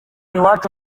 iwacu